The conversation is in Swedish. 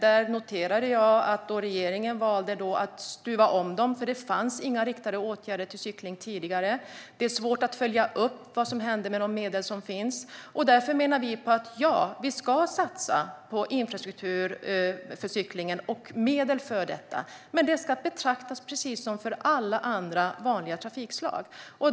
Där noterar jag att eftersom regeringen valde att stuva om dem - för det fanns inga riktade åtgärder till cykling tidigare - blir det svårt att följa upp vad som händer med de medel som finns. Vi menar att vi ska satsa på infrastruktur för cyklingen och medel för detta, men cyklingen ska betraktas precis som alla andra vanliga trafikslag.